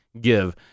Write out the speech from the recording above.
give